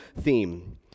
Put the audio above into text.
theme